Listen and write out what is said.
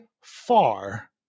far